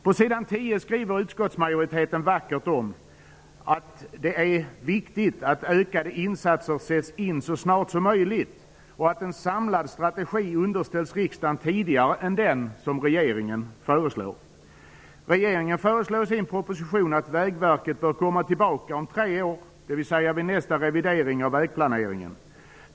På s. 10 skriver utskottsmajoriteten vackert om att det är viktigt att ökade insatser sätts in så snart som möjligt och att en samlad strategi underställs riksdagen tidigare än regeringen föreslår. Regeringen föreslår i sin proposition att Vägverket bör komma tillbaka om tre år, dvs. vid nästa revidering av vägplaneringen.